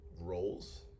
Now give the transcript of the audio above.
roles